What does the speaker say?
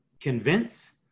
convince